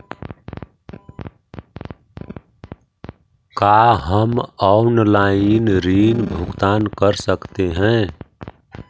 का हम आनलाइन ऋण भुगतान कर सकते हैं?